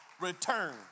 return